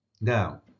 Now